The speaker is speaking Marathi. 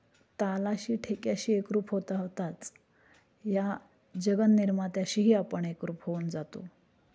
तालाशी ठेक्याशी एकरूप होता होताच या जगन्निर्मात्याशीही आपण एकरूप होऊन जातो